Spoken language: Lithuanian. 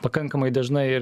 pakankamai dažnai ir